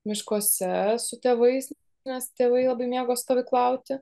miškuose su tėvais nes tėvai labai mėgo stovyklauti